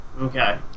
Okay